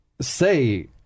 say